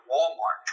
Walmart